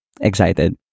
excited